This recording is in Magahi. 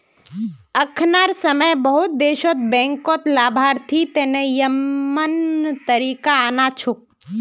अखनार समय बहुत देशत बैंकत लाभार्थी तने यममन तरीका आना छोक